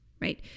right